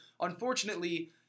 unfortunately